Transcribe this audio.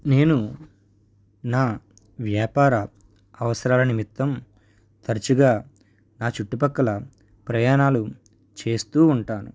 నేను నా వ్యాపార అవసరాలనిమిత్తం తరచుగా నా చుట్టుపక్కల ప్రయాణాలు చేస్తూ ఉంటాను